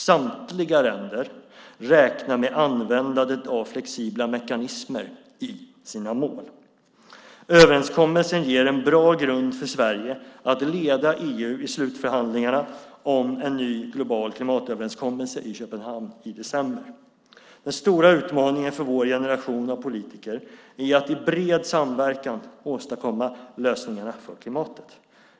Samliga länder räknar med användandet av flexibla mekanismer i sina mål. Överenskommelsen ger en bra grund för Sverige att leda EU i slutförhandlingarna om en ny global klimatöverenskommelse i Köpenhamn i december. Den stora utmaningen för vår generation av politiker är att i bred samverkan åstadkomma lösningarna för klimatet.